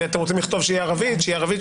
שיהיה ערבית שיהיה ערבית.